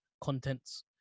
contents